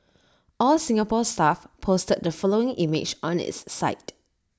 all Singapore Stuff posted the following image on its site